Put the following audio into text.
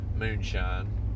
moonshine